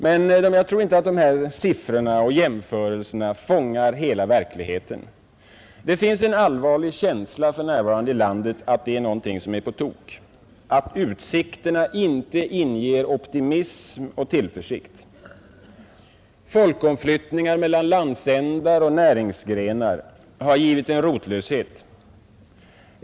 Men jag tror inte att dessa siffror och jämförelser fångar hela verkligheten. Det finns en allvarlig känsla för närvarande i landet av att någonting är på tok och att utsikterna inte inger optimism och tillförsikt. Folkomflyttningar mellan landsändar och näringsgrenar har skapat rotlöshet.